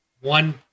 one